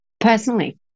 Personally